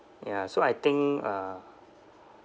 ya so I think uh